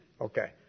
Okay